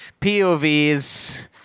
POVs